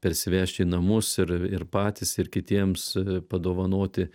parsivežti į namus ir ir patys ir kitiems padovanoti